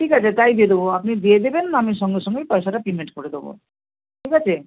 ঠিক আছে তাই দিয়ে দেবো আপনি দিয়ে দেবেন আমি সঙ্গে সঙ্গেই পয়সাটা পেমেন্ট করে দেবো ঠিক আছে